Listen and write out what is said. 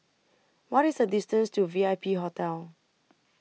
What IS The distance to V I P Hotel